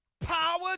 Power